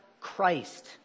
Christ